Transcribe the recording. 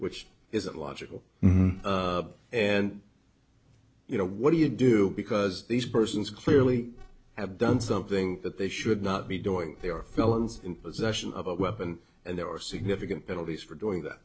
which is logical and you know what do you do because these persons clearly have done something that they should not be doing they are felons in possession of a weapon and there are significant penalties for doing that